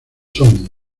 son